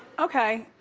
okay,